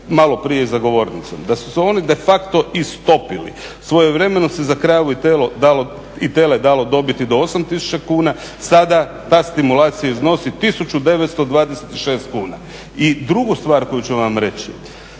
maloprije za govornicom da su se oni defacto istopili. Svojevremeno se za kravu i tele dalo dobiti do 8000 kuna, sad ta stimulacija iznosi 1926 kuna. I drugu stvar koju ću vam reći,